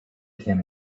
came